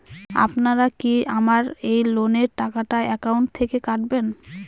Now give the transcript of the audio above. আপনারা কি আমার এই লোনের টাকাটা একাউন্ট থেকে কাটবেন?